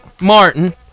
Martin